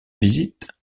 visite